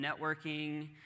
networking